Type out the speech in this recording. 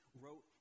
wrote